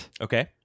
okay